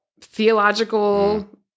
theological